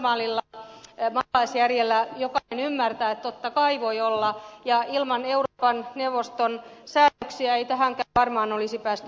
ihan normaalilla maalaisjärjellä jokainen ymmärtää että totta kai voi olla ja ilman euroopan neuvoston säännöksiä ei tähänkään varmaan olisi päästy puuttumaan